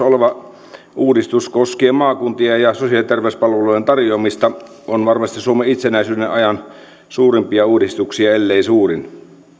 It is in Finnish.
oleva uudistus koskien maakuntia ja sosiaali ja terveyspalvelujen tarjoamista on varmasti suomen itsenäisyyden ajan suurimpia uudistuksia ellei suurin